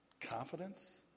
Confidence